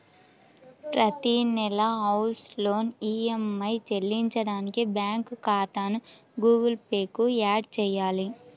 ప్రతి నెలా house loan EMI చెల్లించడానికి బ్యాంకు ఖాతాను గుగుల్ పే కు యాడ్ చేయాలి